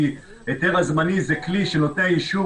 כי היתר זמני זה כלי של נותני האישור